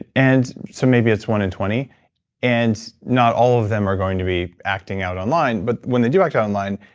ah and so maybe it's one in twenty and not all of them are going to be acting out online, but when they do act out online,